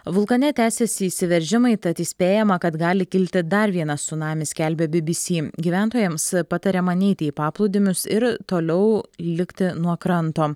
vulkane tęsiasi išsiveržimai tad įspėjama kad gali kilti dar vienas cunamis skelbia bybysy gyventojams patariama neiti į paplūdimius ir toliau likti nuo kranto